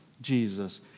Jesus